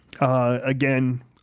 again